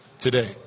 today